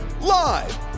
Live